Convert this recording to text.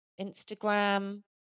Instagram